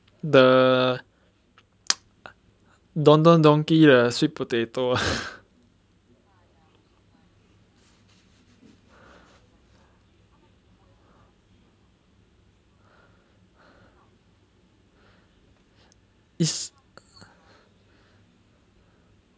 the Don Don Donki the sweet potato is